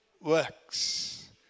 works